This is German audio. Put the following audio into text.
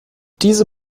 diese